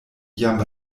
jam